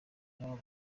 yabo